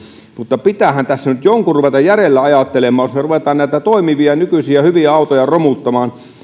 mutta pitäähän tässä nyt jonkun ruveta järjellä ajattelemaan jos me rupeamme näitä toimivia nykyisiä hyviä autoja romuttamaan